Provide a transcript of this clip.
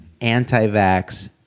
anti-vax